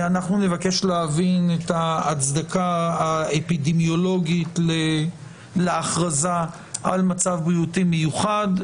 נבקש להבין את ההצדקה האפידמיולוגית להכרזה על מצב בריאותי מיוחד.